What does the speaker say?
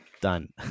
done